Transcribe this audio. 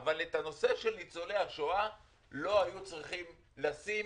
אבל את הנושא של ניצולי השואה לא היו צריכים לשים